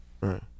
Right